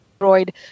Android